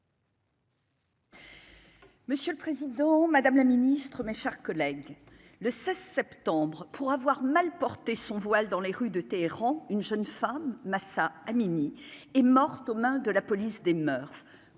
Monsieur le Président, Madame la Ministre, mes chers. Collègues le 16 septembre pour avoir mal porté son voile dans les rues de Téhéran, une jeune femme, Mahsa Amini est morte aux mains de la police des moeurs